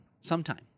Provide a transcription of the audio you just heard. sometime